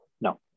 No